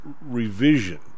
revision